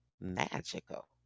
magical